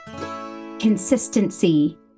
consistency